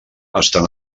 estan